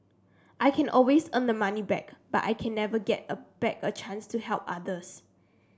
I can always earn the money back but I can never get a back a chance to help others